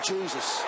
Jesus